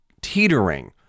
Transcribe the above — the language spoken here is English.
teetering